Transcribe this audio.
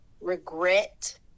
regret